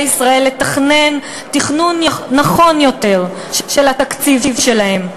ישראל לתכנן תכנון נכון יותר את התקציב שלהם.